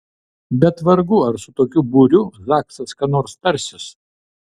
bet vargu ar su tokiu būriu zaksas ką nors tarsis